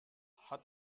hat